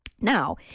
now